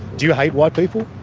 do you hate white people?